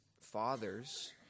fathers